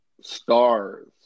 stars